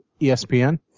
ESPN